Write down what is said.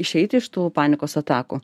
išeiti iš tų panikos atakų